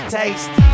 taste